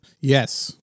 yes